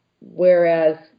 whereas